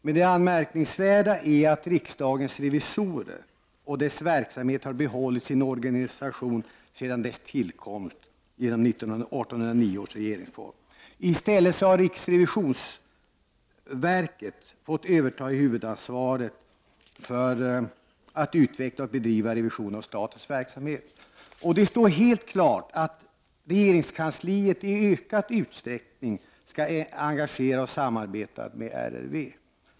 Men det anmärkningsvärda är att riksdagens revisorer och dess verksamhet har behållit sin organisation sedan dess tillkomst redan i samband med 1809 års regeringsform. I stället har riksrevisionsverket övertagit huvudansvaret för att utveckla och bedriva revision av statens verksamhet. Det står helt klart att regeringskansliet i ökad utsträckning skall engageras och samarbeta med RRV.